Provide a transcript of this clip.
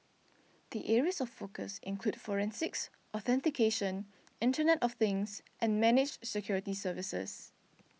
the areas of focus include forensics authentication Internet of Things and managed security services